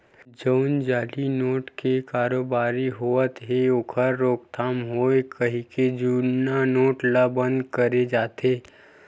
जउन जाली नोट के कारोबारी होवत हे ओखर रोकथाम होवय कहिके जुन्ना नोट ल बंद करे जाथे